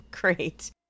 Great